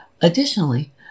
Additionally